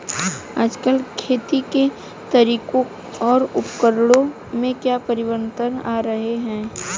आजकल खेती के तरीकों और उपकरणों में क्या परिवर्तन आ रहें हैं?